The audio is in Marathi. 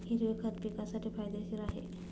हिरवे खत पिकासाठी फायदेशीर आहे